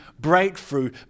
breakthrough